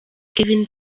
kevin